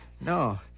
No